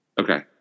Okay